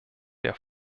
der